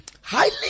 Highly